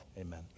Amen